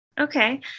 okay